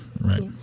right